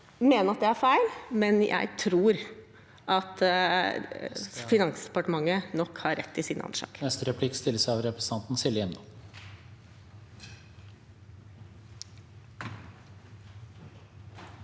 kan mene at det er feil, men jeg tror Finansdepartementet nok har rett i sine anslag.